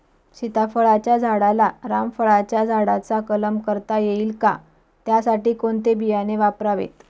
सीताफळाच्या झाडाला रामफळाच्या झाडाचा कलम करता येईल का, त्यासाठी कोणते बियाणे वापरावे?